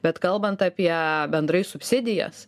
bet kalbant apie bendrai subsidijas